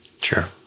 Sure